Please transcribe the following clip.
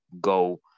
go